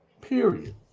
Period